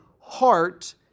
heart